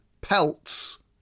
pelts